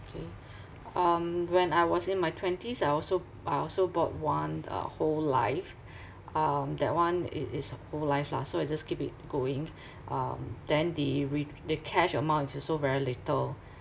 K um when I was in my twenties I also I also bought one uh whole life um that one it is whole life lah so I just keep it going um then the re~ the cash amount is also very little